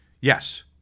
Yes